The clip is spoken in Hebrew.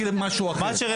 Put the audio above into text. אליך.